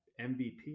MVP